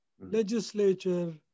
legislature